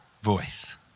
voice